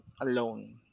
alone